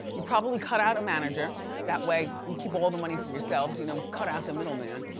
you probably cut out a manager that way you keep all the money for yourselves, you know cut out the middle man,